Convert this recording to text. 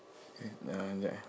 okay uh jap eh